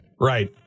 Right